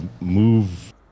move